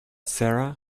sarah